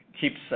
keeps